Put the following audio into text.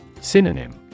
Synonym